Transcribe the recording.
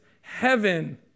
heaven